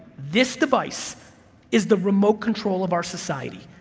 this device is the remote control of our society,